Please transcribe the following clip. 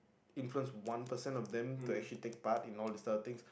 influence one percent of them to actually take part in all this kind of thing